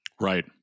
Right